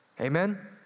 Amen